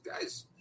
guys